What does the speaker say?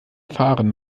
fahren